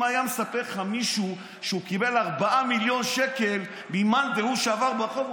אם היה מספר לך מישהו שהוא קיבל 4 מיליון שקל ממאן דהוא שעבר ברחוב,